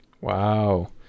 wow